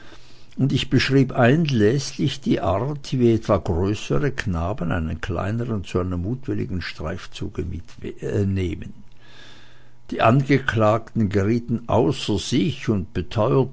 und ich beschrieb einläßlich die art wie etwa größere knaben einen kleinern zu einem mutwilligen streifzuge mitnehmen die angeklagten gerieten außer sich und beteuerten